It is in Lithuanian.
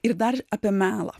ir dar apie melą